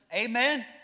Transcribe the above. Amen